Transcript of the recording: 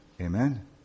Amen